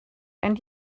and